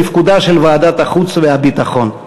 תפקודה של ועדת החוץ והביטחון.